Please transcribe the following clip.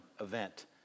event